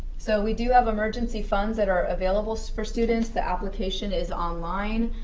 so we do have emergency funds that are available for students. the application is online.